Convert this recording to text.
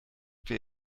wer